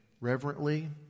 reverently